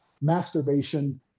masturbation